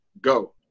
go